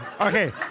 Okay